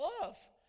love